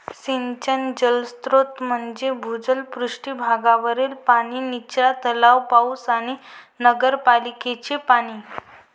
सिंचन जलस्रोत म्हणजे भूजल, पृष्ठ भागावरील पाणी, निचरा तलाव, पाऊस आणि नगरपालिकेचे पाणी